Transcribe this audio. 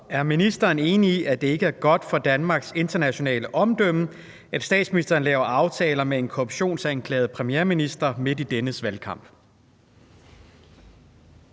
Er ministeren enig i, at det ikke er godt for Danmarks internationale omdømme, at statsministeren laver aftaler med en korruptionsanklaget premierminister midt i dennes valgkamp?